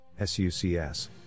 SUCS